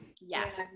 Yes